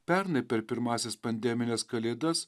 pernai per pirmąsias pandemines kalėdas